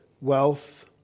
wealth